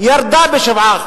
ירדו ב-7%,